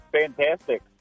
Fantastic